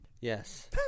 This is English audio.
Yes